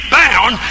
bound